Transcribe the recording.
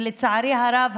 ולצערי הרב,